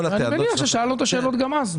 אני מניח ששאלנו את השאלות גם אז.